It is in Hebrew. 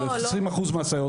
20 אחוזים מהסייעות הן סייעות סבב.